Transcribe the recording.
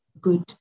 good